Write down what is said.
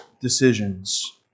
decisions